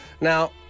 Now